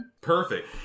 Perfect